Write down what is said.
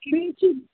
किञ्चित्